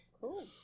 cool